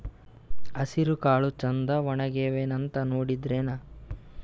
ಹೆಸರಕಾಳು ಛಂದ ಒಣಗ್ಯಾವಂತ ನೋಡಿದ್ರೆನ?